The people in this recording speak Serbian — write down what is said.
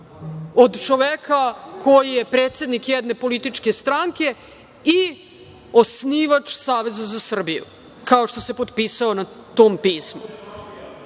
od čoveka koji je predsednik jedne političke stranke i osnivač Saveza za Srbiju, kao što se potpisao na tom pismo. Sada